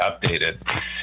updated